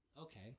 Okay